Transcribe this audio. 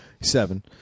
Seven